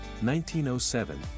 1907